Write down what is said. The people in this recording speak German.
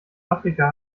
afrika